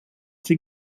sie